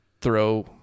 throw